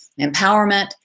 Empowerment